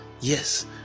yes